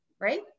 right